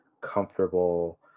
comfortable